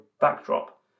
backdrop